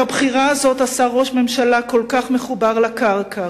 את הבחירה הזאת עשה ראש ממשלה כל כך מחובר לקרקע,